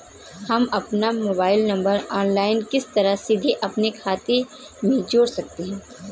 हम अपना mobile number online किस तरह सीधे अपने खाते में जोड़ सकते हैं?